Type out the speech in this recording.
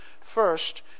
First